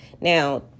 Now